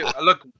Look